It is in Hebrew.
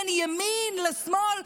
בין ימין לשמאל,